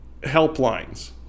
helplines